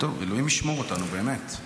טוב, אלוהים ישמור אותנו, באמת.